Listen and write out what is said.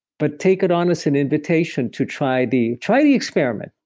but take it on as an invitation to try the try the experiment.